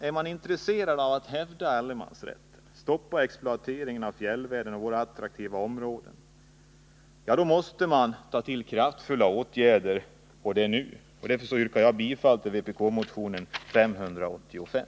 Är man intresserad av att hävda allemansrätten och stoppa exploateringen av fjällvärlden och av andra attraktiva områden, måste man vara beredd att ta till kraftfulla åtgärder — och det skall ske nu. Därför yrkar jag bifall till vpk-motionen 585.